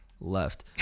left